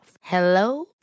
Hello